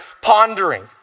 pondering